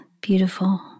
beautiful